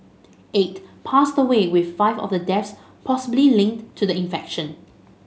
eight passed away with five of the deaths possibly linked to the infection